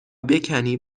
بکنی